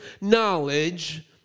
knowledge